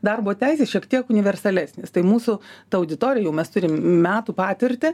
darbo teisės šiek tiek universalesnės tai mūsų ta auditorija jau mes turim metų patirtį